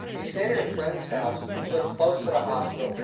he stayed at a friend's house who lived close to the hospital.